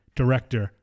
director